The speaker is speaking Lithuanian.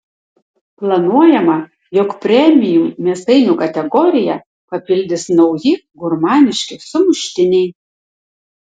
planuojama jog premium mėsainių kategoriją papildys nauji gurmaniški sumuštiniai